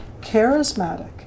charismatic